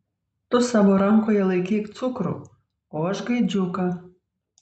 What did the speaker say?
tu savo rankoje laikyk cukrų o aš gaidžiuką